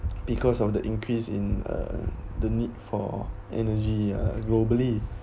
because of the increase in uh the need for energy uh globally